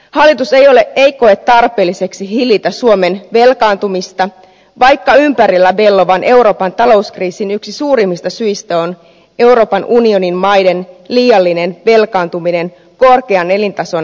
hallitus ei koe tarpeelliseksi hillitä suomen velkaantumista vaikka ympärillä vellovan euroopan talouskriisin yksi suurimmista syistä on euroopan unionin maiden liiallinen velkaantuminen korkean elintason ylläpitämiseksi